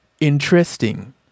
interesting